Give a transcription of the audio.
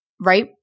right